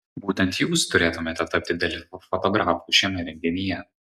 būtent jūs turėtumėte tapti delfi fotografu šiame renginyje